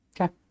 okay